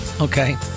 Okay